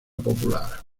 popular